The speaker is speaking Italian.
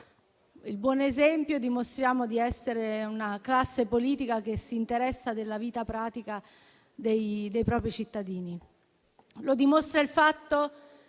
il buon esempio e dimostriamo di essere una classe politica che si interessa della vita pratica dei cittadini.